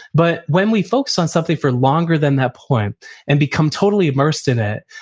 but when we focus on something for longer than that point and become totally immersed in it,